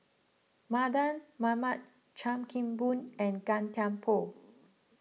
Mardan Mamat Chan Kim Boon and Gan Thiam Poh